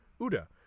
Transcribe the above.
Uda